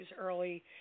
early